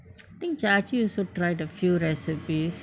I think jiajun also tried a few recipes